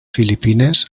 filipines